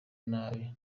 nabi